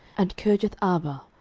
and kirjatharba,